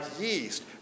yeast